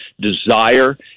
desire